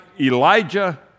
Elijah